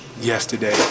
yesterday